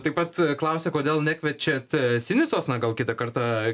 taip pat klausia kodėl nekviečiat sinicos na gal kitą kartą